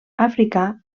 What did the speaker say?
africà